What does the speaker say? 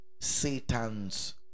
Satan's